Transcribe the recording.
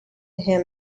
him